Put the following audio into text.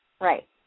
Right